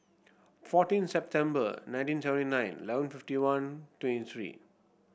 fourteen September nineteen seventy nine eleven fifty one twenty three